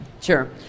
Sure